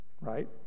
right